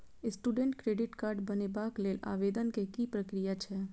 Student credit card बनेबाक लेल आवेदन केँ की प्रक्रिया छै?